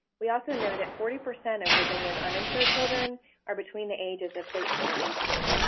we also know that forty percent of virginia's uninsured children are between the ages of thirteen and eighteen.